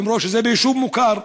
למרות שזה ביישוב מוכר.